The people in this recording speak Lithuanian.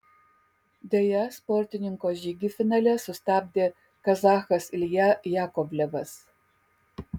deja sportininko žygį finale sustabdė kazachas ilja jakovlevas